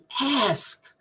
ask